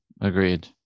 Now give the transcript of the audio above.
agreed